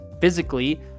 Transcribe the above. physically